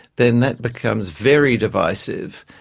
then that becomes very divisive.